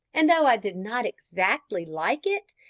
and though i did not exactly like it,